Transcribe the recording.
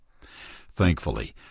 Thankfully